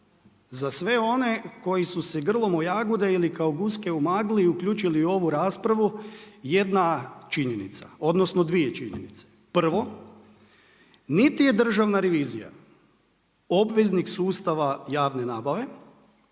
za sve one koji su se grlom o jagode ili kao guske u magli uključili u ovu raspravu, jedna činjenica, odnosno 2 činjenice. Prvo, niti je Državna revizija, obveznik sustava javne nabave,